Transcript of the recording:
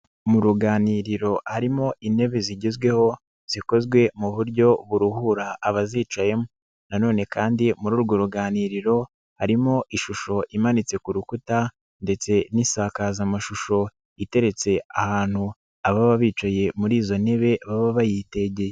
Mu ruganiriro harimo intebe zigezweho zikozwe mu buryo buruhura abazicayemo, na none kandi muri urwo ruganiriro harimo ishusho imanitse ku rukuta ndetse n'isakazamashusho iteretse ahantu ababa bicaye muri izo ntebe baba bayitegeye.